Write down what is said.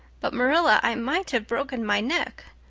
but, marilla, i might have broken my neck.